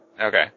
Okay